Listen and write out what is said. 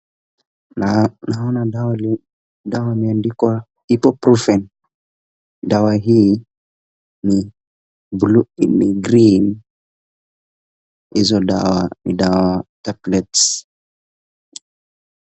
Na naona dawa imeandikwa Ibuprofen . Dawa hii ni buluu, ni green hizo dawa ni dawa tablets .